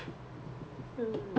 oh okay